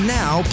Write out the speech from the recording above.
now